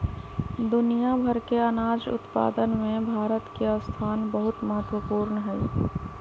दुनिया भर के अनाज उत्पादन में भारत के स्थान बहुत महत्वपूर्ण हई